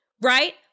right